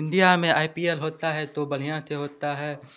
India में I P L होता है तो बढ़िया से होता है